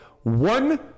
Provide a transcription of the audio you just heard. one